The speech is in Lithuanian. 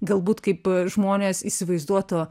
galbūt kaip žmonės įsivaizduotų